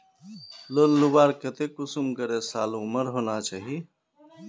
Loan लुबार केते कुंसम करे साल उमर होना चही?